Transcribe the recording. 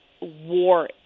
War